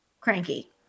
cranky